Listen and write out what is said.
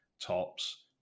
tops